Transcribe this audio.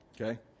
okay